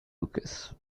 lucas